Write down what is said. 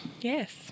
Yes